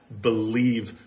believe